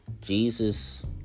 Jesus